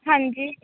ਹਾਂਜੀ